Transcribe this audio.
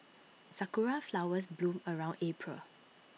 Sakura Flowers bloom around April